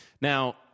Now